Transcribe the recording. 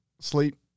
sleep